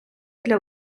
для